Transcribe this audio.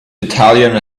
italian